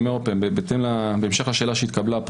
בהמשך לשאלה פה,